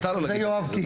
זה יואב קיש.